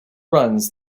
runs